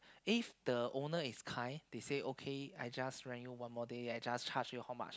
if the owner is kind they say okay I just rent you one more day I just charge you how much